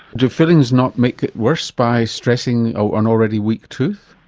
do fillings not make it worse by stressing an already weak tooth?